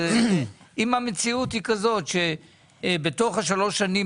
אם המציאות כי כזאת שבתוך שלוש השנים,